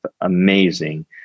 amazing